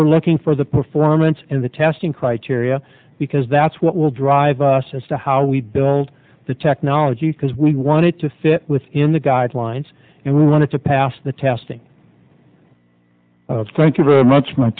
we're looking for the performance in the testing criteria because that's what will drive us as to how we build the technology because we wanted to fit within the guidelines and we wanted to pass the testing of thank you very much my